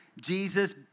Jesus